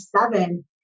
seven